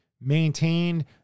maintained